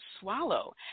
swallow